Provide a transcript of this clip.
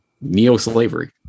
neo-slavery